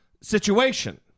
situation